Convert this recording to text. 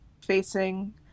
facing